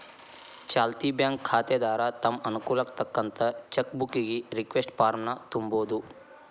ಚಾಲ್ತಿ ಬ್ಯಾಂಕ್ ಖಾತೆದಾರ ತಮ್ ಅನುಕೂಲಕ್ಕ್ ತಕ್ಕಂತ ಚೆಕ್ ಬುಕ್ಕಿಗಿ ರಿಕ್ವೆಸ್ಟ್ ಫಾರ್ಮ್ನ ತುಂಬೋದು